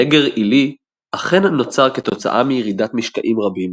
נגר עילי אכן נוצר כתוצאה מירידת משקעים רבים,